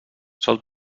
sol